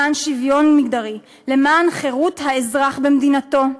למען שוויון מגדרי, למען חירות האזרח במדינתנו,